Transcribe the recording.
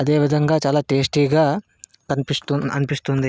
అదేవిధంగా చాలా టేస్టీగా అనిపిస్తు అనిపిస్తుంది